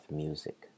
music